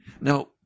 Now